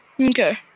Okay